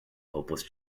hopeless